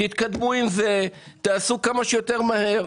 תתקדמו עם זה, תעשו כמה שיותר מהר.